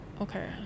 okay